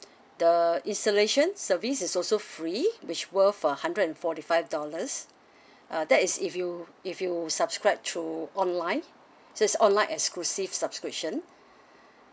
the installation service is also free which worth a hundred and forty five dollars uh that is if you if you subscribe through online so it's online exclusive subscription